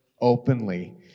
openly